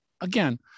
again